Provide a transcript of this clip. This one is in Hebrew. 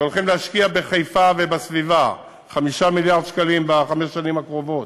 שהולכים להשקיע בחיפה ובסביבה 5 מיליארד שקלים בחמש השנים הקרובות,